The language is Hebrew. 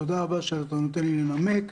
תודה רבה שאתה נותן לי לנמק.